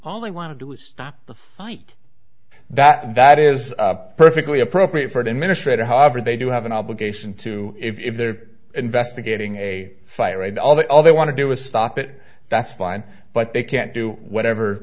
all they want to do is stop the fight that that is perfectly appropriate for administrator however they do have an obligation to if they're investigating a fire and all that all they want to do is stop it that's fine but they can't do whatever